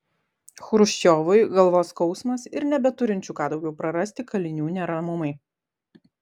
chruščiovui galvos skausmas ir nebeturinčių ką daugiau prarasti kalinių neramumai